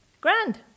grand